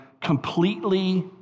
completely